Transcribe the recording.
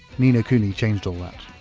ni no kuni changed all that.